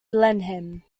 blenheim